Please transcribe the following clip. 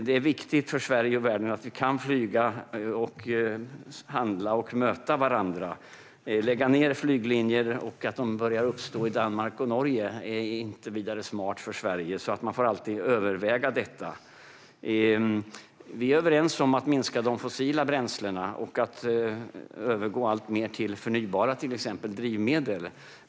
Det är viktigt för Sverige och världen att vi kan flyga, handla och möta varandra. Att lägga ned flyglinjer så att de börjar uppstå i Danmark och Norge är inte vidare smart för Sverige. Man får alltid överväga detta. Vi är överens om att minska de fossila bränslena och att till exempel övergå alltmer till förnybara drivmedel.